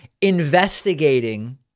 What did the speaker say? Investigating